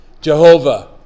Jehovah